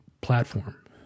platform